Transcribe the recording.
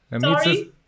sorry